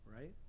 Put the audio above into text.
right